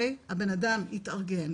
הבנאדם יתארגן,